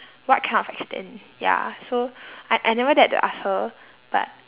what kind of extent ya so I I never dared to ask her